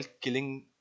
killing